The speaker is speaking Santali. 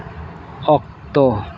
ᱚᱠᱛᱚ